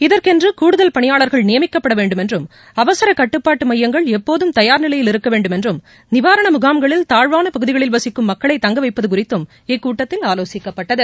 இதற்கென்று கூடுதல் பணியாளர்கள் நியமிக்கப்பட வேண்டும் என்றும் அவசர கட்டுப்பாட்டு மையங்கள் எப்போதும் தயார் நிலையில் இருக்க வேண்டும் என்றும் நிவாரண முகாம்களில் தாழ்வான பகுதிகளில் வசிக்கும் மக்களை தங்க வைப்பது குறித்தும் இக்கூட்டத்தில் ஆலோசிக்கப்பட்டது